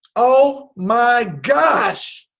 oh my gosh.